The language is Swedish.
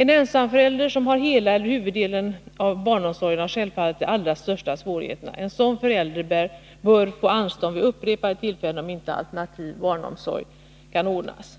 En ensamförälder, som har hela eller huvuddelen av barnomsorgen, har självfallet de allra största svårigheterna. En sådan förälder bör få anstånd vid upprepade tillfällen, om inte alternativ barnomsorg kan ordnas.